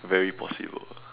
very possible